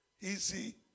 easy